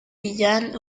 yann